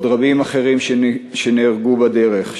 ועוד רבים אחרים שנהרגו בדרך.